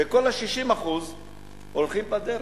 וכל ה-60% הולכים למתווכים בדרך.